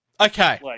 Okay